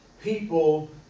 People